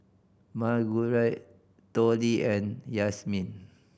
Margurite Tollie and Yazmin